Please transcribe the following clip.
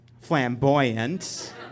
flamboyant